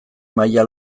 maila